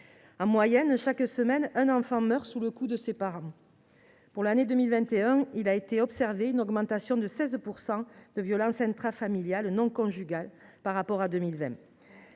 en moyenne, chaque semaine, un enfant meurt sous les coups de ses parents ; il a été observé une augmentation de 16 % des violences intrafamiliales non conjugales entre 2020